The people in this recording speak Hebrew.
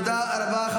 תודה רבה.